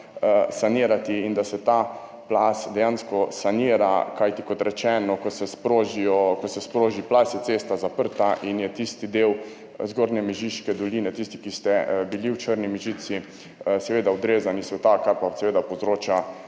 sanirati, da se ta plaz dejansko sanira. Kot rečeno, ko se sproži plaz, je cesta zaprta in je tisti del Zgornje Mežiške doline, tisti, ki ste bili v Črni, Mežici, seveda odrezan od sveta, kar pa seveda povzroča